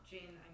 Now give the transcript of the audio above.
Jane